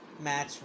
match